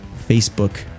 Facebook